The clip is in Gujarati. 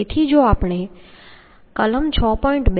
તેથી જો આપણે કલમ 6